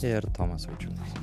ir tomas vaičiūnas